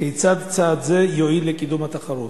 כיצד צעד זה יועיל לקידום התחרות?